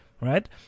Right